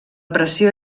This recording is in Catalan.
pressió